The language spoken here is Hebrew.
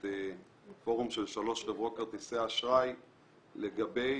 פורום שלוש חברות כרטיסי האשראי לגבי